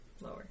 Lower